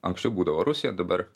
anksčiau būdavo rusija dabar